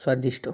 ସ୍ୱାଦିଷ୍ଟ